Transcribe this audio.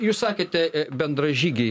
jūs sakėte bendražygiai